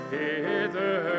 hither